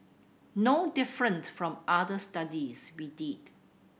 no different from other studies we did